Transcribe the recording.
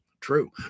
true